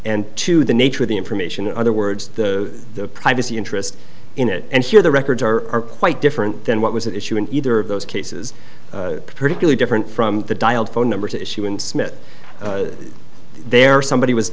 and two the nature of the information in other words the privacy interest in it and here the records are quite different than what was an issue in either of those cases particularly different from the dial phone numbers issue in smit there somebody was